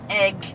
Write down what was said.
egg